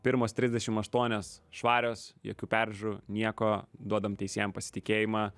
pirmos trisdešimt aštuonios švarios jokių peržiūrų nieko duodam teisėjam pasitikėjimą